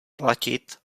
platit